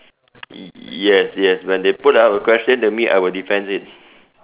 yes yes when they put up a question to me I will defend it